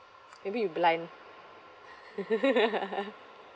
maybe you blind